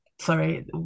sorry